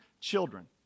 children